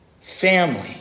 family